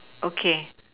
okay